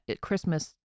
Christmas